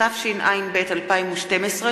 התשע”ב 2012,